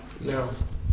yes